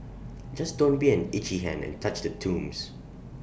just don't be an itchy hand and touch the tombs